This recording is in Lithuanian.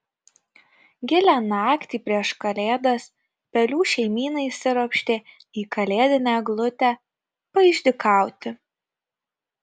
gilią naktį prieš kalėdas pelių šeimyna įsiropštė į kalėdinę eglutę paišdykauti